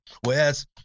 Whereas